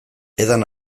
edan